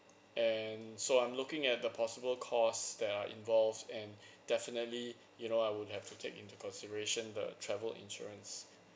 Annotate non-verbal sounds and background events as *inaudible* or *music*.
and so I'm looking at the possible cost that are involves and *breath* definitely you know I would have to take into consideration the travel insurance